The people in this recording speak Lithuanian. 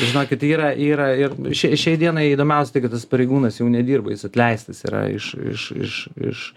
žinokit yra yra ir šiai šiai dienai įdomiausia tai kad tas pareigūnas jau nedirba jis atleistas yra iš iš iš iš